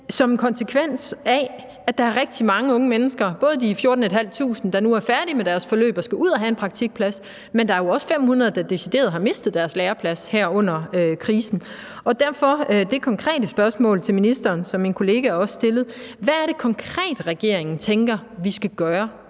en konsekvens af at der er rigtig mange unge mennesker, både de cirka 14.500, der nu er færdige med deres forløb og skal ud at have en praktikplads, og også de ca. 500, der decideret har mistet deres læreplads her under krisen. Og derfor er det konkrete spørgsmål til ministeren, som min kollega også stillede: Hvad er det konkret, regeringen tænker vi skal gøre